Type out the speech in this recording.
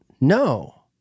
no